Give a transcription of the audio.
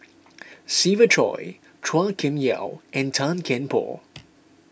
Siva Choy Chua Kim Yeow and Tan Kian Por